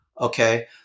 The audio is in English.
Okay